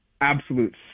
absolute